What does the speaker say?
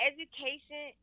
Education